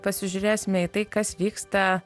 pasižiūrėsime į tai kas vyksta